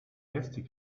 gäste